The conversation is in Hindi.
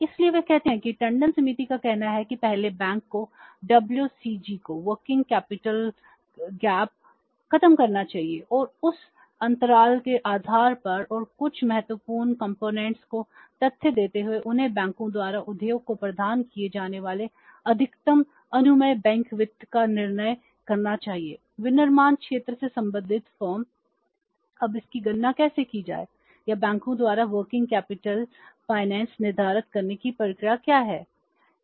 इसलिए वे कहते हैं कि टंडन समिति का कहना है कि पहले बैंक को WCG को वर्किंग कैपिटल वित्त निर्धारित करने की प्रक्रिया क्या है